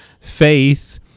Faith